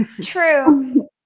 true